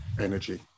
energy